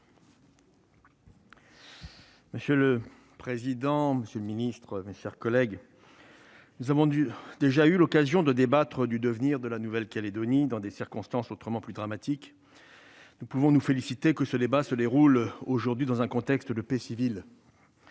Monsieur le président, monsieur le ministre, mes chers collègues, nous avons déjà eu l'occasion de débattre du devenir de la Nouvelle-Calédonie dans des circonstances autrement plus dramatiques. Nous pouvons nous féliciter de ce que ce débat se déroule aujourd'hui dans un contexte de paix civile.